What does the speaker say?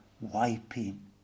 wiping